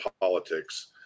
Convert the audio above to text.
politics